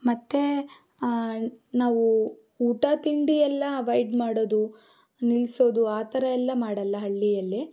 ಮತ್ತು ನಾವು ಊಟ ತಿಂಡಿ ಎಲ್ಲ ಅವಾಯ್ಡ್ ಮಾಡೋದು ನಿಲ್ಲಿಸೋದು ಆ ಥರ ಎಲ್ಲ ಮಾಡಲ್ಲ ಹಳ್ಳಿಯಲ್ಲಿ